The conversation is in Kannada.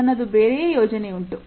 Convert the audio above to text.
ನನ್ನದು ಬೇರೆ ಯೋಜನೆ ಉಂಟು